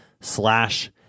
slash